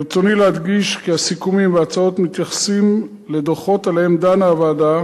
ברצוני להדגיש כי הסיכומים וההצעות מתייחסים לדוחות שעליהם דנה הוועדה